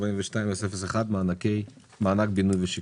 42-001 מענק בינוי ושיכון.